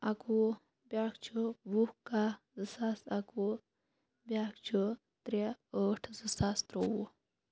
اَکوُہ بیاکھ چھُ وُہ کہہ زٕ ساس اَکوُہ بیاکھ چھُ ترٛےٚ ٲٹھ زٕ ساس تٕرووُہ